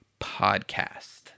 podcast